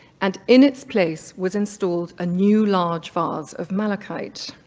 and in its place was installed a new large vase of malachite.